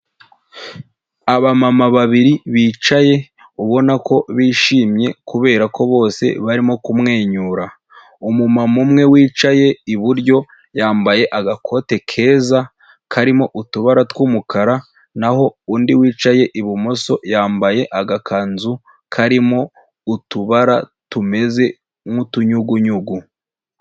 Abamama babiri bicaye ubona ko bishimye kubera ko bose barimo kumwenyura. Umumamo umwe wicaye iburyo yambaye agakote keza karimo utubara tw'umukara, naho undi wicaye ibumoso yambaye agakanzu karimo utubara tumeze nk'utuyugunyugu.